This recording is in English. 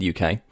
uk